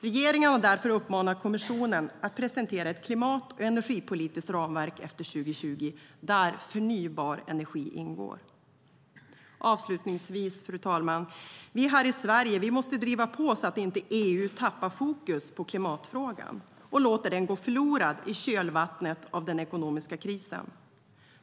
Regeringen har därför uppmanat kommissionen att presentera ett klimat och energipolitiskt ramverk efter 2020 där förnybar energi ingår. Avslutningsvis, fru talman: Vi här i Sverige måste driva på så att inte EU tappar fokus på klimatfrågan och låter den gå förlorad i kölvattnet av den ekonomiska krisen.